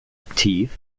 aktiv